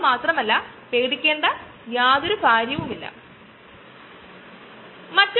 പ്രമേഹത്തെ ചികിത്സിക്കാൻ ഉപയോഗിക്കുന്ന മരുന്നാണ് ഇത്